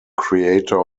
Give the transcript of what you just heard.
creator